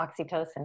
oxytocin